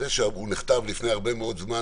זה שהוא נכתב לפני הרבה מאוד זמן,